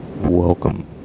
Welcome